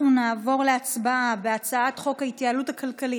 לכן אנחנו נעבור להצבעה על הצעת חוק ההתייעלות הכלכלית